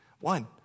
One